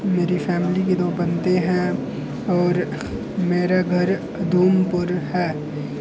मेरी फैमिली के दो बंदे है और मेरा घर उधमपुर है